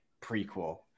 prequel